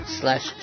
slash